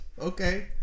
Okay